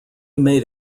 made